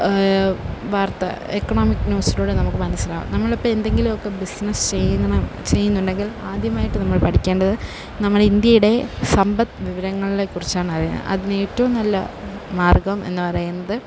വാർത്ത എക്കണോമിക്ക് ന്യൂസിലൂടെ നമുക്ക് മനസ്സിലാവും നമ്മളിപ്പം എന്തെങ്കിലുമൊക്കെ ബിസിനസ്സ് ചെയ്യുന്ന ചെയ്യുന്നുണ്ടെങ്കിൽ ആദ്യമായിട്ട് നമ്മൾ പഠിക്കേണ്ടത് നമ്മൾ ഇന്ത്യയുടെ സമ്പദ് വിവരങ്ങളെ കുറിച്ചാണ് അറിയാൻ അതിന് ഏറ്റവും നല്ല മാർഗ്ഗം എന്ന് പറയുന്നത്